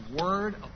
word